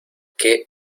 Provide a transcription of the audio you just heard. qué